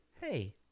hey